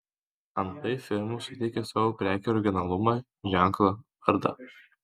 antai firmos suteikia savo prekei originalumą ženklą vardą